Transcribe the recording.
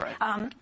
Right